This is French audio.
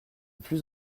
plus